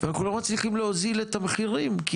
אנחנו לא מצליחים להוזיל את המחירים.